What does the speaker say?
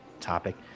topic